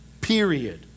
period